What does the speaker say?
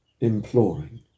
imploring